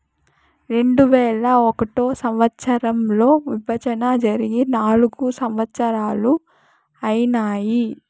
రెండువేల ఒకటో సంవచ్చరంలో విభజన జరిగి నాల్గు సంవత్సరాలు ఐనాయి